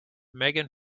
megan